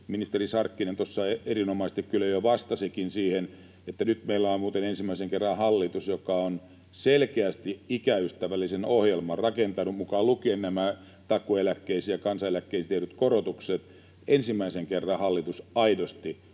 Ministeri Sarkkinen tuossa erinomaisesti kyllä jo vastasikin siihen, että nyt meillä on muuten ensimmäisen kerran hallitus, joka on selkeästi ikäystävällisen ohjelman rakentanut mukaan lukien nämä takuueläkkeisiin ja kansaneläkkeisiin tehdyt korotukset. Ensimmäisen kerran hallitus aidosti